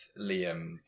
liam